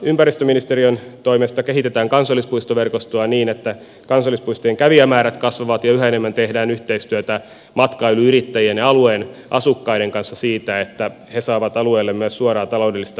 ympäristöministeriön toimesta kehitetään kansallispuistoverkostoa niin että kansallispuistojen kävijämäärät kasvavat ja yhä enemmän tehdään yhteistyötä matkailuyrittäjien ja alueen asukkaiden kanssa niin että he saavat alueelle myös suoraa taloudellista hyötyä